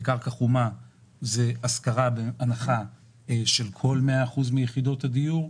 בקרקע חומה ההשכרה היא בהנחה של 100% מיחידות הדיור,